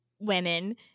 women